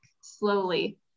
slowly